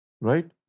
right